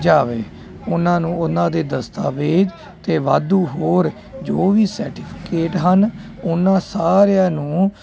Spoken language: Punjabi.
ਜਾਵੇ ਉਹਨਾਂ ਨੂੰ ਉਹਨਾਂ ਦੇ ਦਸਤਾਵੇਜ਼ ਅਤੇ ਵਾਧੂ ਹੋਰ ਜੋ ਵੀ ਸਰਟੀਫਿਕੇਟ ਹਨ ਉਹਨਾਂ ਸਾਰਿਆਂ ਨੂੰ